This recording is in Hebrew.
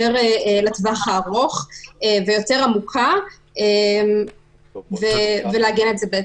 יותר לטווח הארוך ויותר עמוקה ולעגן את זה.